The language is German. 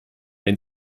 den